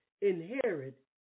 inherit